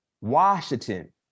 Washington